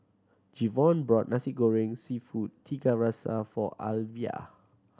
Jevon bought Nasi Goreng Seafood Tiga Rasa for Alivia